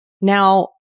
Now